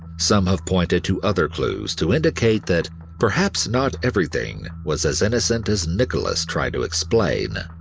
some have pointed to other clues to indicate that perhaps not everything was as innocent as nicholas tried to explain.